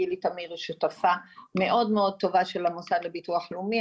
וגילי תמיר היא שותפה מאוד מאוד טובה של המוסד לביטוח לאומי,